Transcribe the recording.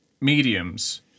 mediums